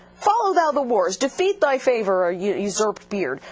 follow thou the wars defeat thy favour or you you so beard.